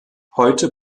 heute